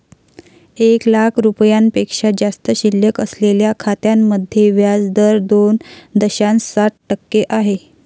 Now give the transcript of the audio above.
एक लाख रुपयांपेक्षा जास्त शिल्लक असलेल्या खात्यांमध्ये व्याज दर दोन दशांश सात टक्के आहे